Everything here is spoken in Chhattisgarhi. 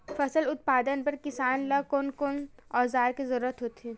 फसल उत्पादन बर किसान ला कोन कोन औजार के जरूरत होथे?